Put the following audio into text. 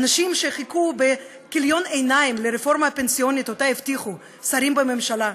אנשים שחיכו בכיליון עיניים לרפורמה הפנסיונית שהבטיחו שרים בממשלה,